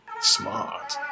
smart